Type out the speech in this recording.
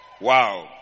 Wow